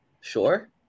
sure